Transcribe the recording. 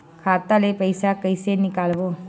खाता ले पईसा कइसे निकालबो?